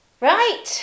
right